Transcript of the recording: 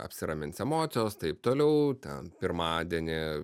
apsiramins emocijos taip toliau ten pirmadienį